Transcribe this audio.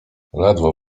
ledwo